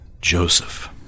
Joseph